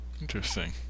Interesting